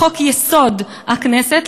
בחוק-יסוד: הכנסת,